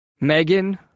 Megan